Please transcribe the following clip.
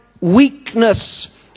weakness